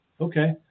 okay